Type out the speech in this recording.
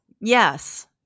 Yes